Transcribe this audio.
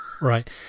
right